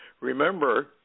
Remember